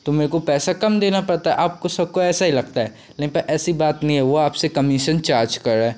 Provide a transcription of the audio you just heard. तो मेरे को पैसा कम देना पड़ता है आपको सबको ऐसा ही लगता है लेकिन पर ऐसी बात नहीं है वे आपसे कमीसन चार्ज कर रहा है